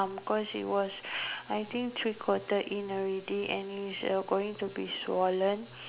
um cos it was I think three quarter in already and it's uh going to be swollen